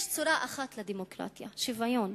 יש צורה אחת לדמוקרטיה, שוויון,